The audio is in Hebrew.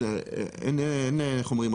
איך אומרים,